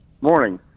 Morning